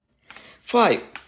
Five